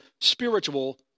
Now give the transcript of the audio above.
spiritual